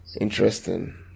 interesting